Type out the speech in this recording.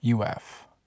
UF